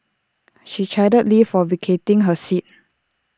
she chided lee for vacating her seat